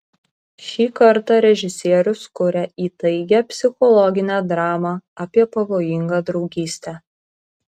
šį kartą režisierius kuria įtaigią psichologinę dramą apie pavojingą draugystę